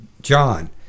John